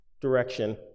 direction